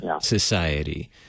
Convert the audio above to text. society